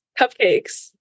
Cupcakes